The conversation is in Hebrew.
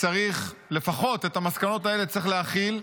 לפחות את המסקנות האלה צריך להחיל,